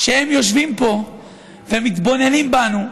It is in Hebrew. שהם יושבים פה ומתבוננים בנו.